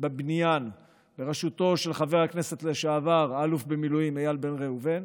בבניין בראשותו של חבר הכנסת לשעבר האלוף במילואים איל בן ראובן.